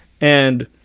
And-